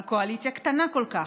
על קואליציה קטנה כל כך.